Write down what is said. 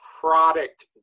product